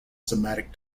semantic